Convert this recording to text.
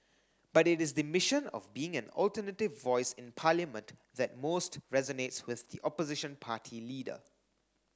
but it is the mission of being an alternative voice in Parliament that most resonates with the opposition party leader